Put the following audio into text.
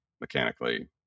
mechanically